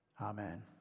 Amen